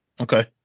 okay